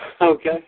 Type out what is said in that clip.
Okay